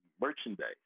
merchandise